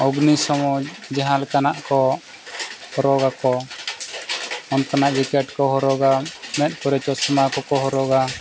ᱚᱜᱽᱱᱤ ᱥᱚᱢᱚᱭ ᱡᱟᱦᱟᱸ ᱞᱮᱠᱟᱱᱟᱜ ᱠᱚ ᱦᱚᱨᱚᱜᱟᱠᱚ ᱚᱱᱠᱟᱱᱟᱜ ᱡᱮᱠᱮᱴ ᱠᱚ ᱦᱚᱨᱚᱜᱟ ᱢᱮᱫ ᱯᱚᱨᱮ ᱪᱚᱥᱢᱟ ᱠᱚᱠᱚ ᱦᱚᱨᱚᱜᱟ